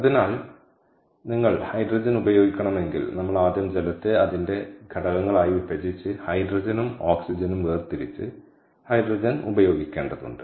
അതിനാൽ നിങ്ങൾ ഹൈഡ്രജൻ ഉപയോഗിക്കണമെങ്കിൽ നമ്മൾ ആദ്യം ജലത്തെ അതിന്റെ ഘടക ഘടകങ്ങളായി വിഭജിച്ച് ഹൈഡ്രജനും ഓക്സിജനും വേർതിരിച്ച് ഹൈഡ്രജൻ ഉപയോഗിക്കേണ്ടതുണ്ട്